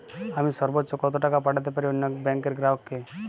আমি সর্বোচ্চ কতো টাকা পাঠাতে পারি অন্য ব্যাংকের গ্রাহক কে?